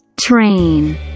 train